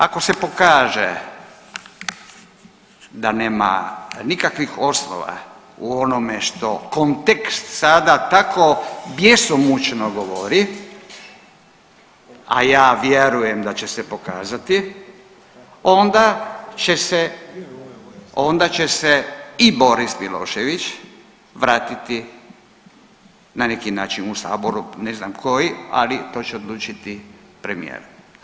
Ako se pokaže da nema nikakvih osnova u onome što kontekst sada tako bjesomučno govori, a ja vjerujem da će se pokazati onda će se, onda će se i Boris Milošević vratiti na neki način u saboru, ne znam koji, ali to će odlučiti premijer.